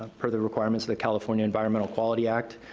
ah per the requirements of the california environmental quality act.